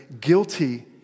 guilty